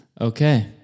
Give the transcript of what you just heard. Okay